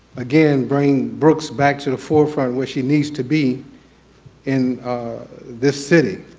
again, bring brooks back to the forefront where she needs to be in this city.